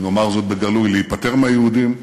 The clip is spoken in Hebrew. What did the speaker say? נאמר זאת בגלוי, להיפטר מהיהודים בארצו,